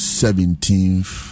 seventeenth